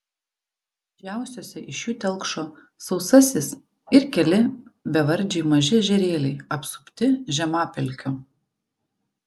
didžiausiose iš jų telkšo sausasis ir keli bevardžiai maži ežerėliai apsupti žemapelkių